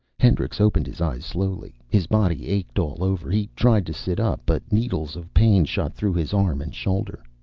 hendricks opened his eyes slowly. his body ached all over. he tried to sit up but needles of pain shot through his arm and shoulder.